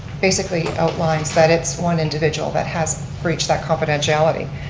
basically outlines that it's one individual that has breached that confidentiality.